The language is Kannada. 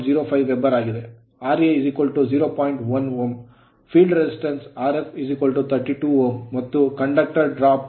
1Ω field resistance field resistance Rf 32Ω ಮತ್ತು conductor drop per brush contact drop ಪ್ರತಿ ಬ್ರಷ್ ಗೆ 1 ವೋಲ್ಟ್